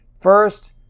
First